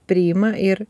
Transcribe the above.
priima ir